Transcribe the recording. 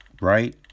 right